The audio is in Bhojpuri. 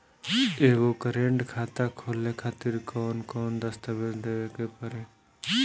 एगो करेंट खाता खोले खातिर कौन कौन दस्तावेज़ देवे के पड़ी?